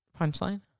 punchline